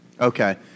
Okay